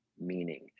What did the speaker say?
meaning